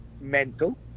mental